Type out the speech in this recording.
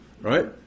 Right